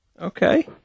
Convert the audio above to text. Okay